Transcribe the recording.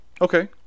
Okay